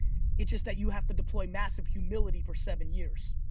it's just that you have to deploy massive humility for seven years.